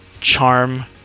charm